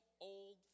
old